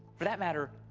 for that matter,